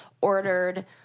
ordered